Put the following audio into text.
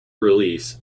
release